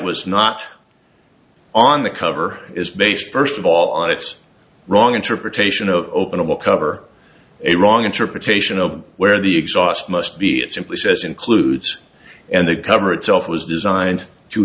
was not on the cover is based first of all on its wrong interpretation of openable cover a wrong interpretation of where the exhaust must be it simply says includes and the cover itself was designed to